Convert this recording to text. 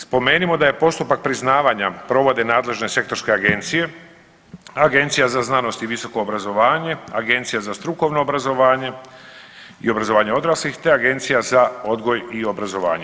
Spomenimo da je postupak priznavanja provode nadležne sektorske agencije, Agencija za znanost i visoko obrazovanje, Agencija za strukovno obrazovanje i obrazovanje odraslih te Agencija za odgoj i obrazovanje.